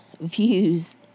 views